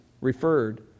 referred